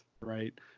right